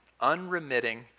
unremitting